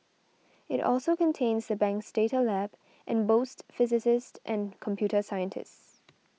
it also contains the bank's data lab and boasts physicists and computer scientists